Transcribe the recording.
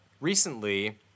Recently